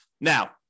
Now